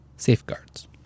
safeguards